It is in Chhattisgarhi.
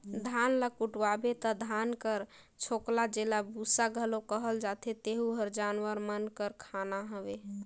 धान ल कुटवाबे ता धान कर छोकला जेला बूसा घलो कहल जाथे तेहू हर जानवर मन कर खाना हवे